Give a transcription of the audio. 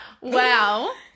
Wow